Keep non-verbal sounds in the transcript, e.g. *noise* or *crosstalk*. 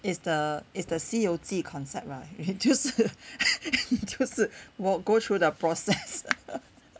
is the is the 西游记 concept right 就是 *laughs* 就是我 go through the process